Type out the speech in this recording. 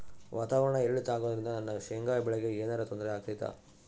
ವಾತಾವರಣ ಏರಿಳಿತ ಅಗೋದ್ರಿಂದ ನನ್ನ ಶೇಂಗಾ ಬೆಳೆಗೆ ಏನರ ತೊಂದ್ರೆ ಆಗ್ತೈತಾ?